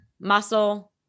muscle